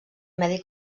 medi